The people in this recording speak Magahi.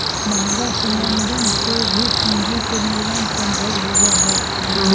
महंगा समनवन से भी पूंजी के निर्माण सम्भव होबा हई